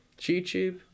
YouTube